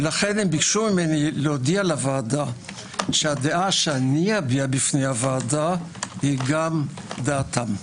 לכן הם ביקשו ממני להודיע לוועדה שהדעה שאביע בפני הוועדה היא גם דעתם.